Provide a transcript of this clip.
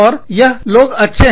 और यह लोग अच्छे हैं